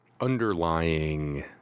underlying